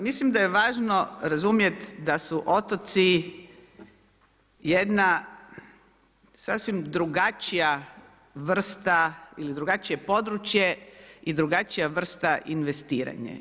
Mislim da je važno razumjeti da su otoci jedna sasvim drugačija vrsta ili drugačije područje i drugačija vrsta investiranja.